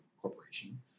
corporation